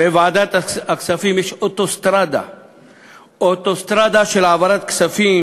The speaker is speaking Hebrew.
בוועדת הכספים יש אוטוסטרדה של העברת כספים